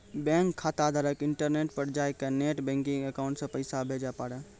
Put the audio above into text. bank खाताधारक internet पर जाय कै नेट बैंकिंग अकाउंट से पैसा भेजे पारै